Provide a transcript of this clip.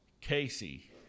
casey